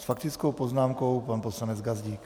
S faktickou poznámkou pan poslanec Gazdík.